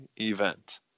event